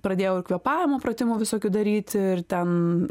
pradėjau ir kvėpavimo pratimų visokių daryti ir ten